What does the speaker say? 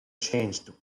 changed